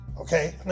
Okay